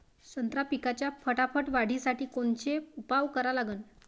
संत्रा पिकाच्या फटाफट वाढीसाठी कोनचे उपाव करा लागन?